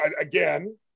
Again